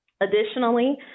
Additionally